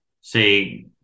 say